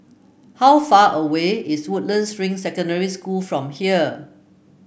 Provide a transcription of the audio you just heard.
how far away is Woodlands Ring Secondary School from here